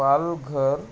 Palghar